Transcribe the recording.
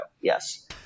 yes